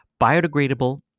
biodegradable